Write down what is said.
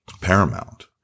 paramount